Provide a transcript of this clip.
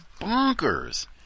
bonkers